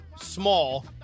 small